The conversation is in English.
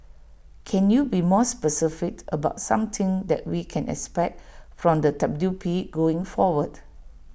can you be more specific about something that we can expect from the W P going forward